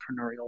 entrepreneurial